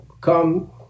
come